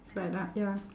sebab dah ya